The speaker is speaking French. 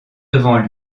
devant